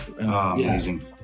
Amazing